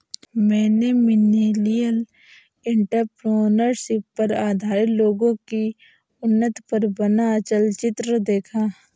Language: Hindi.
मैंने मिलेनियल एंटरप्रेन्योरशिप पर आधारित लोगो की उन्नति पर बना चलचित्र देखा